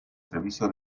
servicio